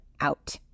out